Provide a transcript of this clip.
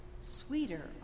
sweeter